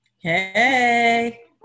Hey